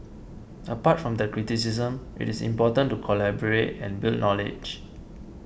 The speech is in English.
apart from the criticism it is important to collaborate and build knowledge